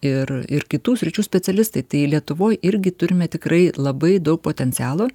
ir ir kitų sričių specialistai tai lietuvoj irgi turime tikrai labai daug potencialo